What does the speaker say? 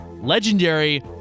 legendary